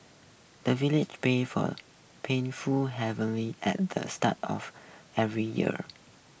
the villagers pray for plentiful harvest at the start of every year